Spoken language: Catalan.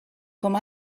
com